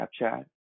Snapchat